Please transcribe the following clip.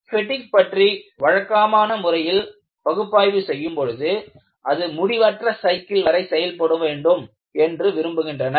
பெடிக் பற்றி வழக்கமான முறையில் பகுப்பாய்வு செய்யும் பொழுது அது முடிவற்ற சைக்கிள் வரை செயல்பட வேண்டும் என்று விரும்புகின்றனர்